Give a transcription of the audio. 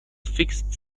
fixed